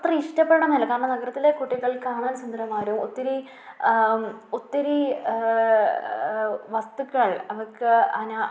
അത്ര ഇഷ്ടപ്പെടണമെന്നില്ല കാരണം നഗരത്തിലെ കുട്ടികൾ കാണാൻ സുന്ദരന്മാരോ ഒത്തിരി ഒത്തിരി വസ്തുക്കൾ അവർക്ക് അന